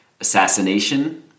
assassination